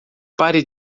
pare